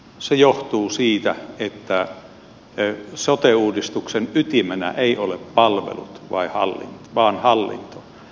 se johtuu siitä että sote uudistuksen ytimenä ei ole palvelut vaan hallinto